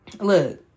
Look